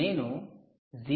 నేను 0